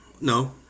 No